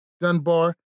Dunbar